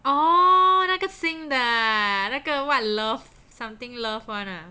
oh 那个新的啊那个 what love something love [one] lah